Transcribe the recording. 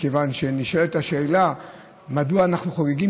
מכיוון שנשאלת השאלה מדוע אנחנו חוגגים